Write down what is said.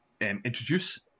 introduce